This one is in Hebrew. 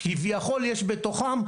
כביכול יש בתוכם,